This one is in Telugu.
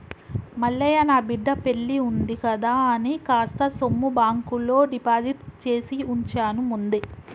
మల్లయ్య నా బిడ్డ పెల్లివుంది కదా అని కాస్త సొమ్ము బాంకులో డిపాజిట్ చేసివుంచాను ముందే